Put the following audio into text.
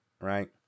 right